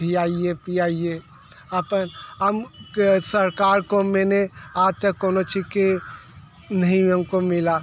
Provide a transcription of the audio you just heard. खिलाइए पिलाइए अपन हम क सरकार को मैंने आजतक कौनो ची के नहीं हमको मिला